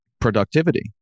productivity